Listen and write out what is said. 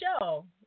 show